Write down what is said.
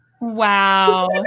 wow